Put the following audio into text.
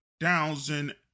Thousand